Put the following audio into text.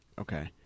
Okay